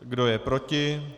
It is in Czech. Kdo je proti?